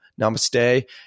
Namaste